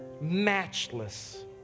matchless